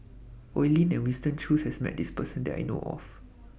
Oi Lin and Winston Choos has Met This Person that I know of